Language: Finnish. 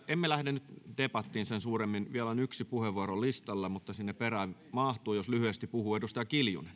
emme lähde nyt debattiin sen suuremmin vielä on yksi puheenvuoro listalla mutta sinne perään mahtuu jos lyhyesti puhuu